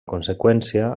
conseqüència